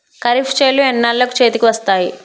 ఖరీఫ్ చేలు ఎన్నాళ్ళకు చేతికి వస్తాయి?